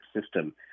system